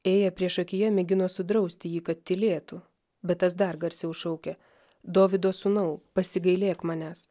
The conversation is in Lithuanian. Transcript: ėję priešakyje mėgino sudrausti jį kad tylėtų bet tas dar garsiau šaukė dovydo sūnau pasigailėk manęs